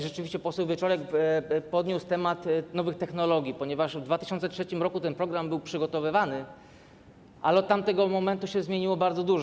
Rzeczywiście poseł Wieczorek podniósł temat nowych technologii, ponieważ w 2003 r. ten program był przygotowywany, ale od tamtego momentu zmieniło się bardzo dużo.